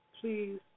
Please